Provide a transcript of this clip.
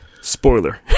Spoiler